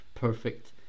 perfect